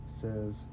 says